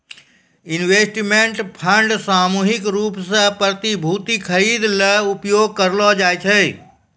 investment fund सामूहिक रूप सें प्रतिभूति खरिदै ल उपयोग करलो जाय छै